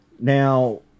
Now